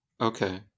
okay